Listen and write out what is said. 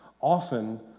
often